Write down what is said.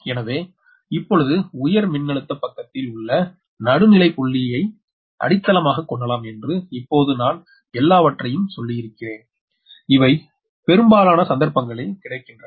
எனவே இப்பொழுது உயர் மின்னழுத்த பக்கத்தில் உள்ள நடுநிலை புள்ளியை அடித்தளமாகக் கொள்ளலாம் என்று இப்போது நான் எல்லாவற்றையும் சொல்லியிருக்கிறேன் இவை பெரும்பாலான சந்தர்ப்பங்களில் கிடைக்கின்றன